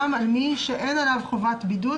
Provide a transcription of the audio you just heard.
גם על מי שאין עליו חובת בידוד,